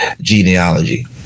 genealogy